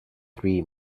three